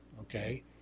Okay